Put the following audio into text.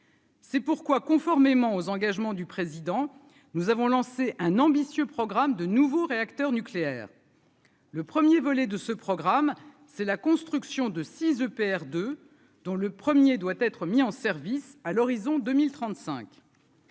C'est pourquoi, conformément aux engagements du président, nous avons lancé un ambitieux programme de nouveaux réacteurs nucléaires. Le 1er volet de ce programme, c'est la construction de 6 EPR de dont le 1er doit être mis en service à l'horizon 2035.